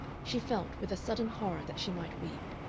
she felt, with a sudden horror, that she might weep.